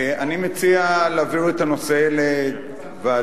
אני מציע להעביר את הנושא לוועדה,